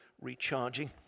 recharging